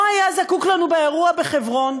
לא היה זקוק לנו באירוע בחברון,